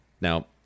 Now